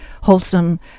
wholesome